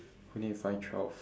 we need to find twelve